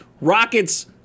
Rockets